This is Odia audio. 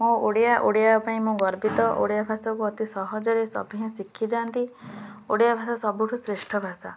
ମୁଁ ଓଡ଼ିଆ ଓଡ଼ିଆ ପାଇଁ ମୁଁ ଗର୍ବିତ ଓଡ଼ିଆ ଭାଷାକୁ ଅତି ସହଜରେ ସଭିଏଁ ଶିଖିଯାଆନ୍ତି ଓଡ଼ିଆ ଭାଷା ସବୁଠୁ ଶ୍ରେଷ୍ଠ ଭାଷା